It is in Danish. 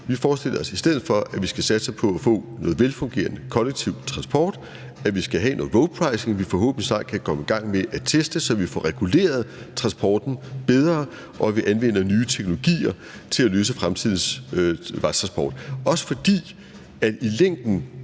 Vi forestiller os i stedet for, at man skal satse på at få noget velfungerende kollektiv transport, at vi skal have noget roadpricing, som vi forhåbentlig snart kan komme i gang med at teste, så vi får reguleret transporten bedre, og at vi anvender nye teknologier til at løse fremtidens vejtransport.